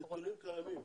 הנתונים קיימים.